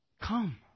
Come